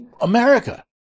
America